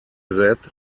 that